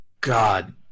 God